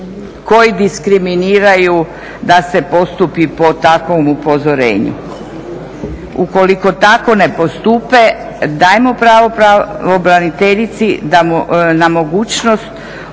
koji diskriminiraju da se postupi po takvom upozorenju. Ukoliko tako ne postupe dajmo pravo pravobraniteljici na mogućnost